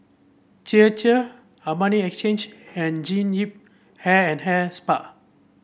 Chir Chir Armani Exchange and Jean Yip Hair and Hair Spa